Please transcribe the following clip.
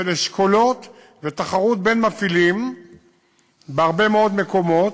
של אשכולות ותחרות בין מפעילים בהרבה מאוד מקומות,